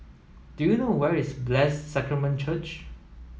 do you know where is Blessed Sacrament Church